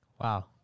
Wow